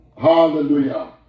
Hallelujah